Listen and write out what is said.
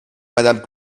madame